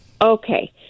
Okay